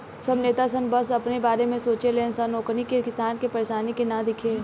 सब नेता सन बस अपने बारे में सोचे ले सन ओकनी के किसान के परेशानी के ना दिखे